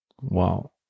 Wow